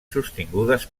sostingudes